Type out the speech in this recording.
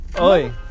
Oi